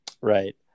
Right